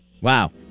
Wow